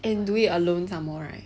and do it alone somemore right